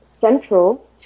central